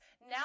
Now